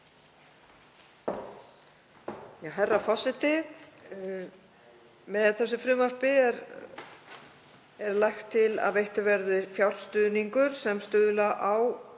Herra forseti. Með þessu frumvarpi er lagt til að veittur verði fjárstuðningur sem stuðla á